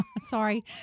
Sorry